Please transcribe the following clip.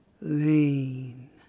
lean